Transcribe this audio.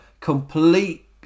complete